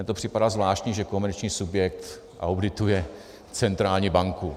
Mně to připadá zvláštní, že komerční subjekt audituje centrální banku.